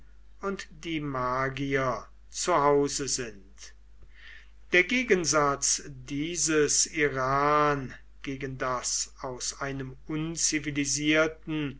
und die magier zu hause sind der gegensatz dieses iran gegen das aus einem